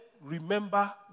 remember